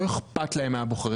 לא אכפת להם מהבוחרים שלהם.